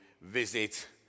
visit